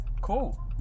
cool